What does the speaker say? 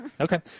Okay